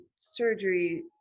surgery